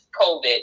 COVID